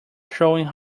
showing